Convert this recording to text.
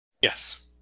Yes